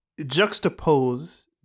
juxtapose